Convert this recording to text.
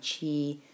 chi